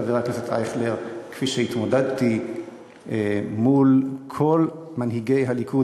חבר הכנסת אייכלר: כפי שהתמודדתי מול כל מנהיגי הליכוד